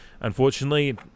unfortunately